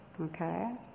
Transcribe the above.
Okay